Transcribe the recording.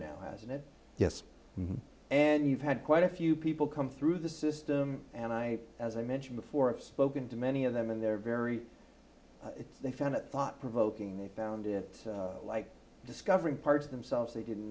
isn't it yes and you've had quite a few people come through the system and i as i mentioned before if spoken to many of them and they're very they found it thought provoking they found it like discovering parts of themselves they didn't